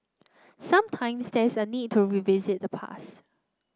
sometimes there is a need to revisit the past